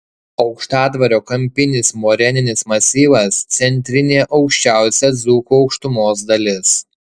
aukštadvario kampinis moreninis masyvas centrinė aukščiausia dzūkų aukštumos dalis